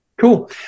Cool